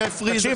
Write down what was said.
לא יהיה